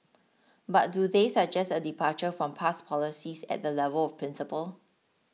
but do they suggest a departure from past policies at the level of principle